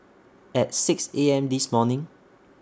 At six A M This morning